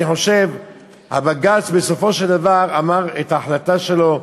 אני חושב שבג"ץ בסופו של דבר אמר את ההחלטה שלו,